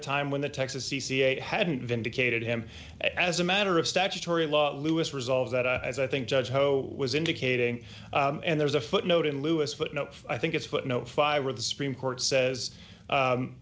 a time when the texas c c a hadn't vindicated him as a matter of statutory law louis resolve that as i think judge poe was indicating and there's a footnote in lewis but no i think it's footnote five where the supreme court says